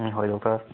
ꯎꯝ ꯍꯣꯏ ꯗꯣꯛꯇꯔ